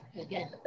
again